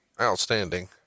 outstanding